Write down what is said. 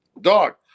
Dog